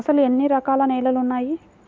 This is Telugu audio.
అసలు ఎన్ని రకాల నేలలు వున్నాయి?